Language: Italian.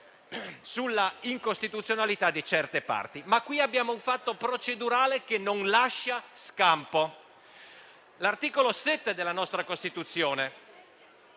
sull'incostituzionalità di certe parti. Ma qui vi è un fatto procedurale che non lascia scampo: l'articolo 7 della nostra Costituzione